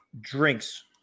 drinks